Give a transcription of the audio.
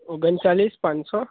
ઓગણચાલીસ પાંચસો